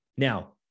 Now